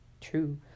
true